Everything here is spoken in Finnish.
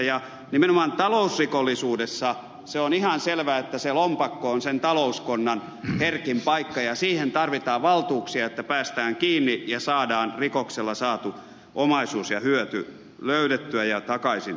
ja nimenomaan talousrikollisuudessa se on ihan selvä että se lompakko on sen talouskonnan herkin paikka ja siihen tarvitaan valtuuksia että päästään kiinni ja saadaan rikoksella saatu omaisuus ja hyöty löydettyä ja takaisin perittyä